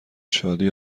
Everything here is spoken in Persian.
شادی